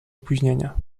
opóźnienia